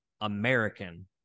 American